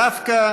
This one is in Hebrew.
דווקא